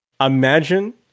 Imagine